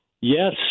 Yes